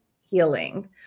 healing